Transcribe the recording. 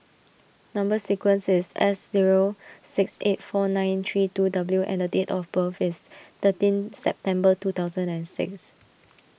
Number Sequence is S zero six eight four nine three two W and date of birth is thirteen September two thousand and six